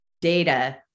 data